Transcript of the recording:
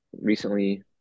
recently